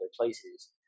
places